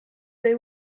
they